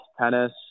tennis